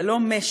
זה לא משק.